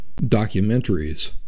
Documentaries